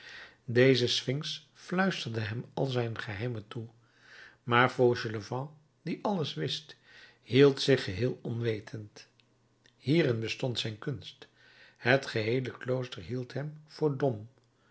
deze sphynx fluisterde hem al zijn geheimen toe maar fauchelevent die alles wist hield zich geheel onwetend hierin bestond zijn kunst het geheele klooster hield hem voor dom